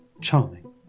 charming